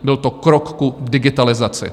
Byl to krok k digitalizaci.